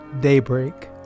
Daybreak